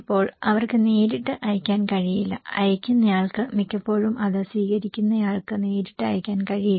ഇപ്പോൾ അവർക്ക് നേരിട്ട് അയയ്ക്കാൻ കഴിയില്ല അയയ്ക്കുന്നയാൾക്ക് മിക്കപ്പോഴും അത് സ്വീകരിക്കുന്നയാൾക്ക് നേരിട്ട് അയയ്ക്കാൻ കഴിയില്ല